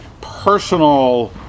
personal